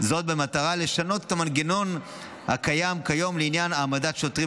במטרה לשנות את המנגנון הקיים כיום לעניין העמדת שוטרים